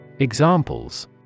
Examples